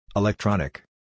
Electronic